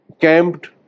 camped